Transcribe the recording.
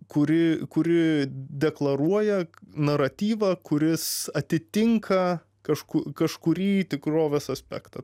kuri kuri deklaruoja naratyvą kuris atitinka kažkur kažkurį tikrovės aspektą